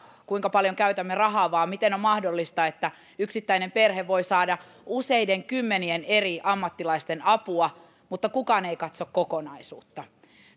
kuinka paljon käytämme rahaa vaan sitä miten on mahdollista että yksittäinen perhe voi saada useiden kymmenien eri ammattilaisten apua mutta kukaan ei katso kokonaisuutta